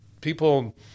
people